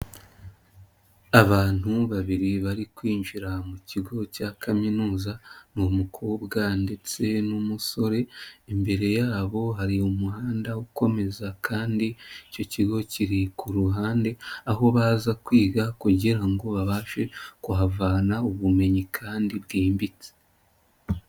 Abantu babiri bari kwinjira mu kigo cya kaminuza, ni umukobwa ndetse n'umusore, imbere yabo hari umuhanda ukomeza kandi icyo kigo kiri ku ruhande, aho baza kwiga kugira ngo babashe kuhavana ubumenyi kandi bwimbitse.